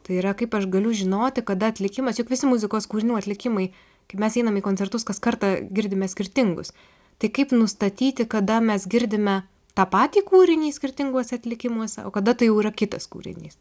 tai yra kaip aš galiu žinoti kada atlikimas juk visi muzikos kūrinių atlikimai kai mes einam į koncertus kas kartą girdime skirtingus tai kaip nustatyti kada mes girdime tą patį kūrinį skirtinguose atlikimuose o kada tai jau yra kitas kūrinys